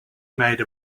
made